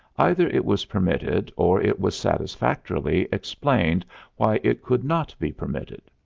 either it was permitted or it was satisfactorily explained why it could not be permitted.